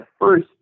first